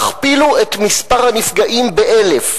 תכפילו את מספר הנפגעים ב-1,000,